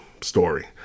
story